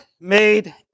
made